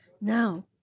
Now